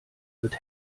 wird